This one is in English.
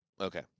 Okay